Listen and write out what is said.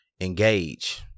engage